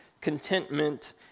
contentment